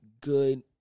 good